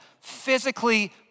physically